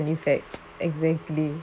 this is cause and effect exactly